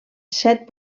set